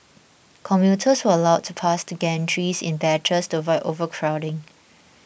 commuters were allowed past the gantries in batches to avoid overcrowding